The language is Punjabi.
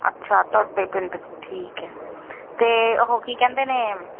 ਅੱਛਾ ਤੁਹਾਡੇ ਪਿੰਡ 'ਚ ਠੀਕ ਹੈ ਅਤੇ ਉਹ ਕੀ ਕਹਿੰਦੇ ਨੇ